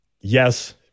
Yes